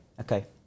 Okay